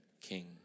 king